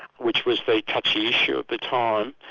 which was the touchy issue at the time.